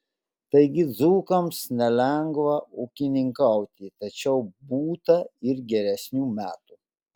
taigi dzūkams nelengva ūkininkauti tačiau būta ir geresnių metų